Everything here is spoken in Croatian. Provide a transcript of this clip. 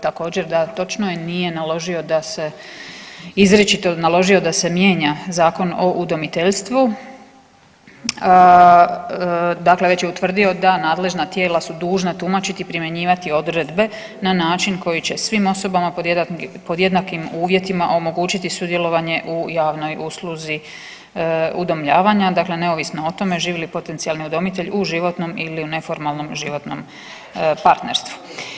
Također da, točno je nije naložio da se, izričito naložio da se mijenja Zakon o udomiteljstvu dakle već je utvrdio da nadležna tijela su dužna tumačiti, primjenjivati odredbe na način koji će svim osobama pod jednakim uvjetima omogućiti sudjelovanje u javnoj usluzi udomljavanja, dakle neovisno o tome živi li potencijalni udomitelj u životnom ili u neformalnom životnom partnerstvu.